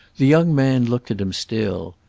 the young man looked at him still,